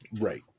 Right